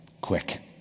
Quick